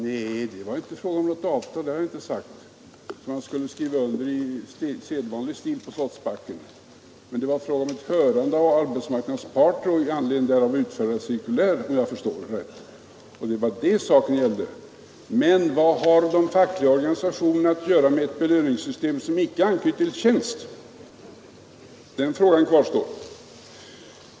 Nej, det var inte fråga om något avtal som skulle skrivas under i sedvanlig stil vid Slottsbacken. Detta har jag heller inte sagt, men det var fråga om att höra arbetsmarknadsparter och i anledning därav utfärda cirkulär. Och vad har de fackliga organisationerna att göra med ett belöningssystem som icke anknyter till tjänst? Den frågan kvarstår.